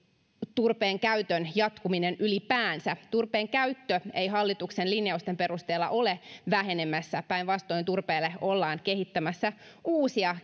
turpeen käytön jatkuminen ylipäänsä turpeen käyttö ei hallituksen linjausten perusteella ole vähenemässä päinvastoin turpeelle ollaan kehittämässä uusia